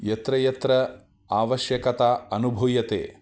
यत्र यत्र आवश्यकता अनुभूयते